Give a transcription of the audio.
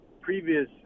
previous